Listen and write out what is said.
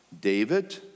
David